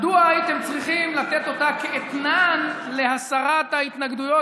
מדוע הייתם צריכים לתת אותה כאתנן להסרת ההתנגדויות,